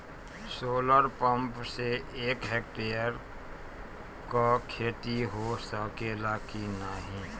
Solar pump से एक hectare क खेती हो सकेला की नाहीं?